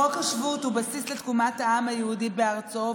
חוק השבות הוא בסיס לתקומת העם היהודי בארצו,